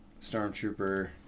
Stormtrooper